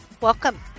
Welcome